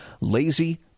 lazy